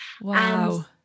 wow